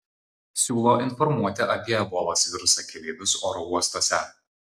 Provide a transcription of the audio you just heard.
siūlo informuoti apie ebolos virusą keleivius oro uostuose